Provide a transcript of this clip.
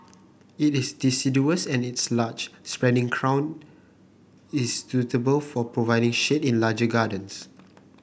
it is deciduous and its large spreading crown is suitable for providing shade in large gardens